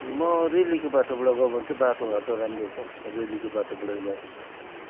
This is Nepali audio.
म रेलीको बाटोबाट ग भने चाहिँ बाटोघाटो राम्रो छ रेलीको बाटोबाटै जानुपर्छ